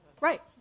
Right